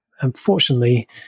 unfortunately